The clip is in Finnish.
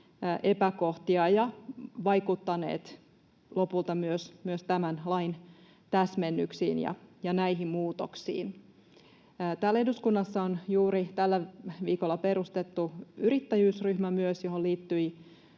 epäkohtia ja vaikuttaneet lopulta myös tämän lain täsmennyksiin ja näihin muutoksiin. Täällä eduskunnassa on juuri tällä viikolla perustettu myös yrittäjyysryhmä, johon liittyi